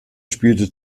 spielte